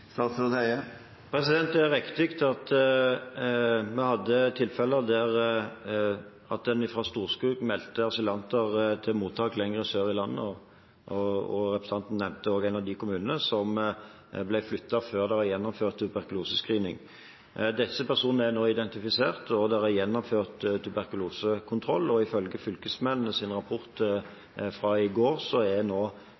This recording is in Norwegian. Det er riktig at vi hadde tilfeller der en fra Storskog meldte asylanter til mottak lenger sør i landet – representanten nevnte en av disse kommunene – og som ble flyttet før det var gjennomført tuberkulosescreening. Disse personene er nå identifisert, og det er gjennomført tuberkulosekontroll. Ifølge fylkesmennenes rapport fra i går er nå